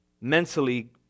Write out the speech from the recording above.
mentally